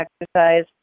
exercise